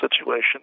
situation